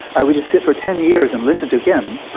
i would just sit for ten years and listen to him.